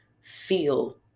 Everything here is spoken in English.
feel